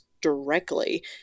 directly